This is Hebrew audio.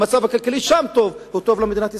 מצב כלכלי טוב שם הוא טוב למדינת ישראל.